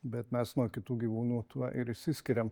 bet mes nuo kitų gyvūnų tuo ir išsiskiriam